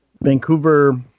Vancouver